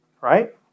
right